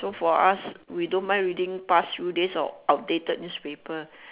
so for us we don't mind reading past few days of outdated newspaper